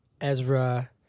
Ezra